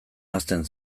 hazten